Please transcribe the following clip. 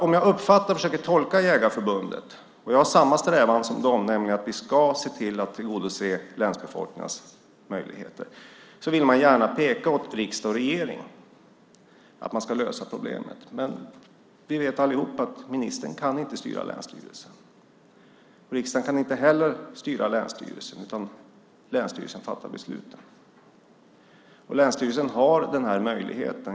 Om jag försöker tolka Jägareförbundet - jag har samma strävan som de, nämligen att vi ska se till att tillgodose länsbefolkningens möjligheter - vill de gärna peka åt riksdag och regering att lösa problemet. Men vi vet alla att ministern inte kan styra länsstyrelsen. Riksdagen kan inte heller styra länsstyrelsen. Länsstyrelsen fattar besluten. Länsstyrelsen har den här möjligheten.